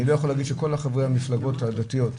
אני לא יכול להגיד שכל חברי המפלגות הדתיות,